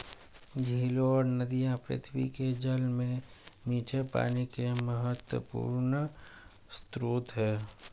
झीलें और नदियाँ पृथ्वी के जल में मीठे पानी के महत्वपूर्ण स्रोत हैं